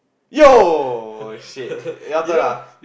yo shit your turn ah